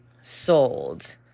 sold